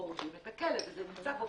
הורגים את הכלב וזה נבדק פה,